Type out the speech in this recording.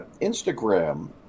Instagram